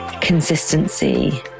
consistency